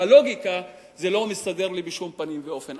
בלוגיקה זה לא מסתדר לי בשום פנים ואופן.